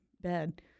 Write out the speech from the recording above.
bed